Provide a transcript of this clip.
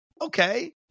Okay